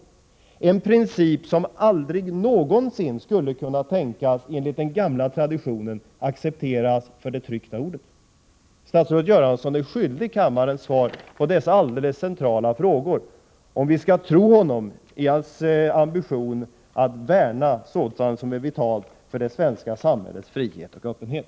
Det är en princip som enligt den gamla traditionen aldrig någonsin skulle kunna accepteras för det tryckta ordet. Statsrådet Göransson är skyldig kammaren ett svar på dessa helt centrala frågor, om vi skall kunna tro på hans ambition att värna sådant som är vitalt för det svenska samhällets frihet och öppenhet.